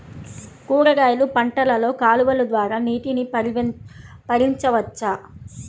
కూరగాయలు పంటలలో కాలువలు ద్వారా నీటిని పరించవచ్చా?